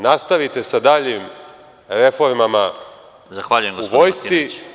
Nastavite sa daljim reformama u vojsci.